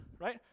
right